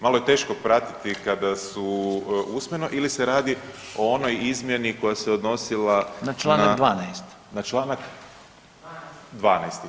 Malo je teško pratiti kada su usmeno ili se radi o onoj izmjeni koja se odnosila [[Upadica Reiner: na čl. 12.]] na članak [[Upadica Benčić: 12]] 12.